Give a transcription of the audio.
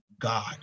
God